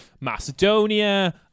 Macedonia